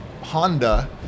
Honda